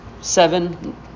Seven